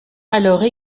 alors